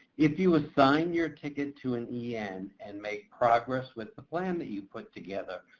if you assign your ticket to an yeah en and make progress with the plan that you've put together,